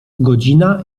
godzina